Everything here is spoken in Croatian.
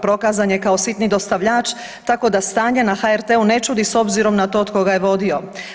Prokazan je kao sitni dostavljač, tako da stanje na HRT-u ne čudi s obzirom na to od koga je vodio.